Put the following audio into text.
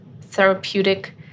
therapeutic